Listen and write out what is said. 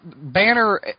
Banner